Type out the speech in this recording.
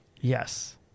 Yes